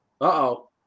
Uh-oh